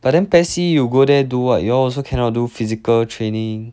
but then taxi you go there do what you all also cannot do physical training